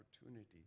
opportunity